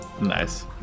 Nice